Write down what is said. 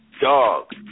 Dog